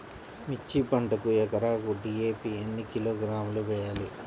మిర్చి పంటకు ఎకరాకు డీ.ఏ.పీ ఎన్ని కిలోగ్రాములు వేయాలి?